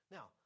Now